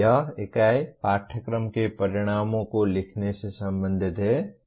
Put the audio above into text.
यह इकाई पाठ्यक्रम के परिणामों को लिखने से संबंधित है